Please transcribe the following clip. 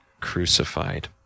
crucified